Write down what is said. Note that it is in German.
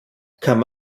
kann